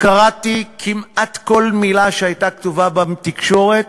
קראתי כמעט כל מילה שהייתה כתובה בתקשורת